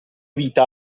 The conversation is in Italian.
vita